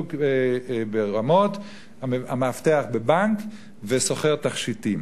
זוג ברמות, מאבטח בבנק וסוחר תכשיטים.